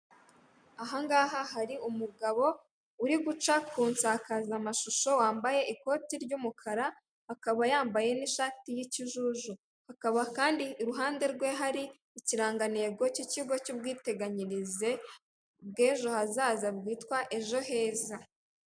Aha ngaha hari umugabo uri guca ku nsakazamashusho wambaye ikoti ry'umukara akaba yambaye n'ishati y'ikijuju, hakaba kandi iruhande rwe hari ikirangantego cy'ikigo cy'ubwiteganyirize bw'ejo hazaza bwitwa ejo heza.